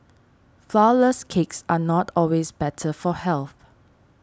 Flourless Cakes are not always better for health